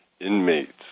inmates